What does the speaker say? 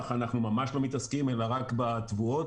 בתבואות.